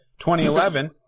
2011